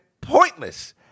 pointless